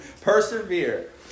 Persevere